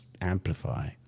amplify